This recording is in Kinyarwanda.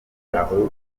ahubwo